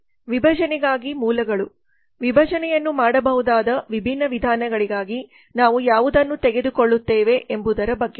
ವಿಭಜನೆಗಾಗಿ ಮೂಲಗಳು ವಿಭಜನೆಯನ್ನು ಮಾಡಬಹುದಾದ ವಿಭಿನ್ನ ವಿಧಾನಗಳಿಗಾಗಿ ನಾವು ಯಾವದನ್ನು ತೆಗೆದುಕೊಳ್ಳುತ್ತೇವೆ ಎಬುದರ ಬಗ್ಗೆ